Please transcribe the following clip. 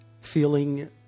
feeling